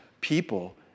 people